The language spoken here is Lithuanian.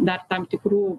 dar tam tikrų